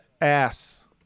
ass